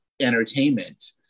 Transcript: entertainment